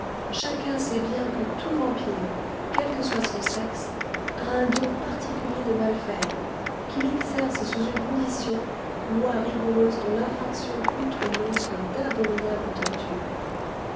chacun sait bien que tout vampire quel que soit son sexe a un don particulier de mal faire qu'il exerce sous une condition loi rigoureuse dont l'infraction coûte au monstre d'abominables tortures